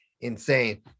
insane